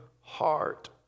heart